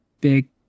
big